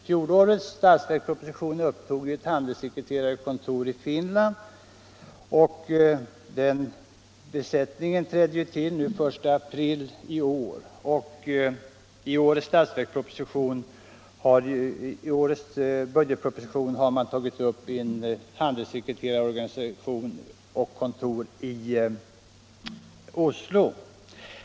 Fjolårets statsverksproposition upptog ett handelssekreterarkontor i Finland, vars besättning trädde till den 1 april i år. I årets budgetproposition har man tagit upp en handelssekreterarorganisation i Oslo.